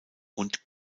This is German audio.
und